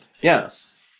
Yes